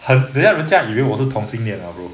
很等下人家以为我是同性恋啦 bro